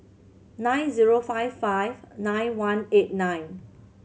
nine zero five five nine one eight nine